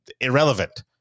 irrelevant